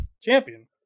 champion